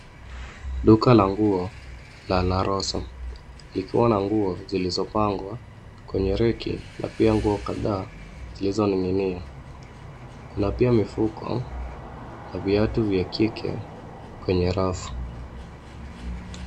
Duka la nguo la La Rosa likiwa na nguo zilizopangwa kwenye reki na pia nguo kadhaa zilizoning'inia. Kuna pia mifuko na viatu vya kike kwenye rafu.